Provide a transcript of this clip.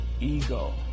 ego